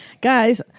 Guys